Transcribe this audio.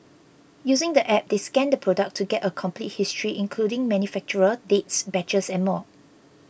using the app they scan the product to get a complete history including manufacturer dates batches and more